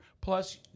Plus